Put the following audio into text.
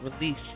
release